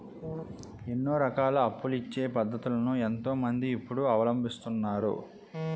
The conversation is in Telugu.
ఎన్నో రకాల అప్పులిచ్చే పద్ధతులను ఎంతో మంది ఇప్పుడు అవలంబిస్తున్నారు